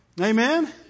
Amen